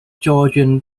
georgian